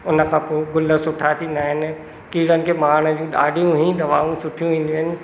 उन खां पोइ गुल सुठा थींदा आहिनि कीड़नि खे मारण जूं ॾाढियूं ई दवाऊं सुठियूं ईंदियूं आहिनि